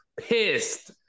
pissed